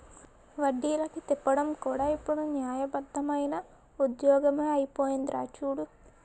వడ్డీలకి తిప్పడం కూడా ఇప్పుడు న్యాయబద్దమైన ఉద్యోగమే అయిపోందిరా చూడు